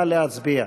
נא להצביע.